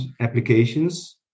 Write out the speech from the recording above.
applications